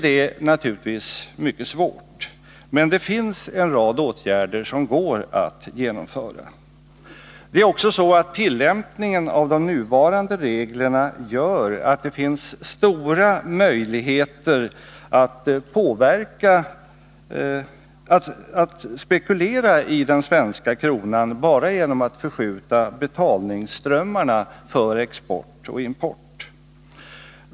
Det är naturligtvis mycket svårt, men det finns en rad åtgärder som går att genomföra. Vidare medger tillämpningen av de nuvarande reglerna stora möjligheter att spekulera i den svenska kronan bara genom att göra förskjutningar i betalningsströmmarna för export och import.